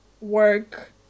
work